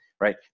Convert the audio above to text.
right